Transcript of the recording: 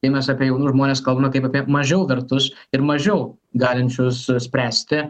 kai mes apie jaunus žmones kalbame kaip apie mažiau vertus ir mažiau galinčius spręsti